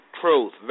truth